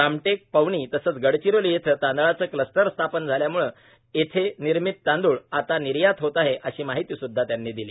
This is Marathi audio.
रामटेक पवणी तसेच गडचिरोली येथे तांदळाचे क्लस्टर स्थापन झाल्यामुळे येथे निर्मित तांदूळ आता निर्यात होत आहे अशी माहिती सुद्धा त्यांनी दिली